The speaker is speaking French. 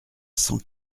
cent